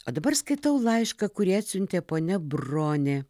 o dabar skaitau laišką kurį atsiuntė ponia bronė